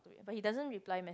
but he doesn't reply me~